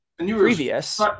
Previous